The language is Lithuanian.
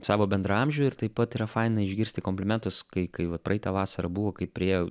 savo bendraamžių ir taip pat yra faina išgirsti komplimentus kai kai vat praeitą vasarą buvo kai priėjo